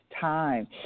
time